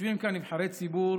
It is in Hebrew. יושבים כאן נבחרי ציבור